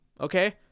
okay